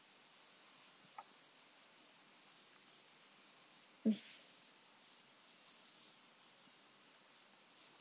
mm